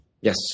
yes